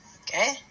Okay